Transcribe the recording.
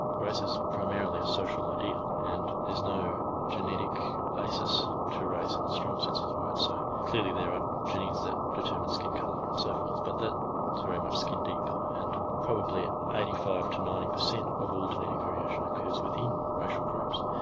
race is primarily a social idea and there's no genetic basis to race in the strong sense of the word so clearly there are genes that determine skin colour and so forth. but that is very much skin deep and probably eighty five percent to ninety percent of all genetic variation occurs within racial groups.